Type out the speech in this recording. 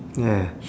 yeah